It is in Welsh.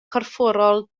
corfforol